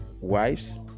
Wives